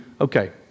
okay